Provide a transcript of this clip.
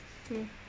hmm